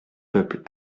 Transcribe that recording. peuple